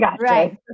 right